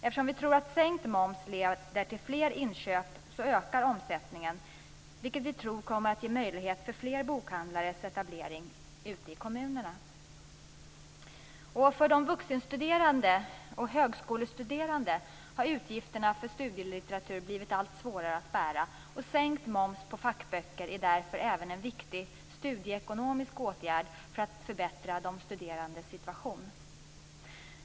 Eftersom vi tror att sänkt moms leder till fler inköp ökar omsättningen, vilket vi tror kommer att ge möjlighet för fler bokhandlares etablering ute i kommunerna. För de vuxenstuderande och högskolestuderande har utgifterna för studielitteratur blivit allt svårare att bära. Sänkt moms på fackböcker är därför även en viktig studieekonomisk åtgärd för att förbättra de studerandes situation.